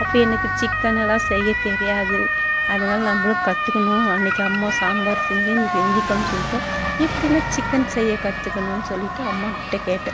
அப்போ எனக்கு சிக்கன்லாம் செய்ய தெரியாது அதனால் நம்மளும் கற்றுக்கணும் இன்னைக்கி அம்மா சாம்பார் செஞ்சேன் அன்னைக்கி வெந்தய குழம்பு செஞ்சுட்டோம் எப்படினா சிக்கன் செய்ய கற்றுக்கணும் சொல்லிவிட்டு அம்மாக்கிட்டே கேட்டேன்